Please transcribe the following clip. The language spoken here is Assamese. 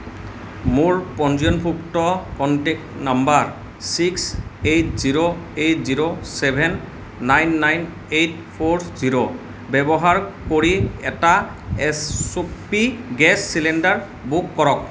মোৰ পঞ্জীয়নভুক্ত contact number six eight zero eight zero seven nine nine eight four zero ব্যৱহাৰ কৰি এটা এছ চুক্তি গেছ চিলিণ্ডাৰ বুক কৰক